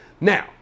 now